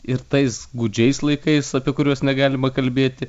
ir tais gūdžiais laikais apie kuriuos negalima kalbėti